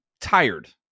tired